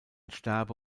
sterbe